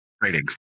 ratings